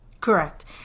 Correct